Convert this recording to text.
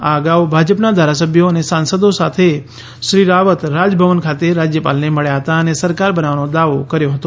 આ અગાઉ ભાજપના ધારાસભ્યો અને સાંસદો સાથે શ્રી રાવત રાજભવન ખાતે રાજ્યપાલને મળ્યા હતા અને સરકાર બનાવવાનો દાવો કર્યો હતો